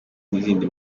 n’izindi